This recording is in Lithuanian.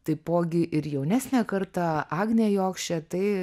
taipogi ir jaunesnė karta agnė jokšė tai